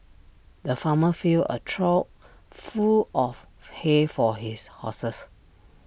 the farmer filled A trough full of hay for his horses